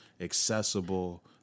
accessible